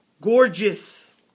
gorgeous